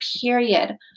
period